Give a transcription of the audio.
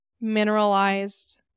mineralized